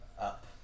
Up